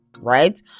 right